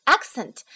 Accent